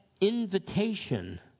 invitation